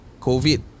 COVID